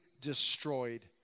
destroyed